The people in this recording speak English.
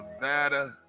Nevada